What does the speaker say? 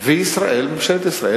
בעיית הדיור ביישובים הערביים,